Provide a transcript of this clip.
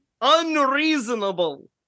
unreasonable